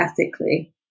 ethically